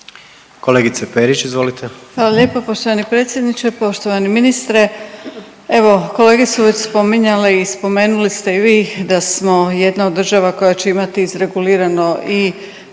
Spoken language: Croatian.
**Perić, Grozdana (HDZ)** Hvala lijepo poštovani predsjedniče. Poštovani ministre, evo kolege su već spominjali i spomenuli ste i vi da smo jedna od država koja će imati izregulirano i